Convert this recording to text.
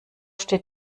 steht